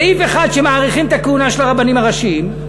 סעיף אחד שמאריכים את הכהונה של הרבנים הראשיים,